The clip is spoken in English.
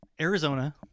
Arizona